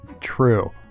True